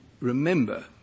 remember